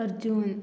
Arjun